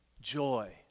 joy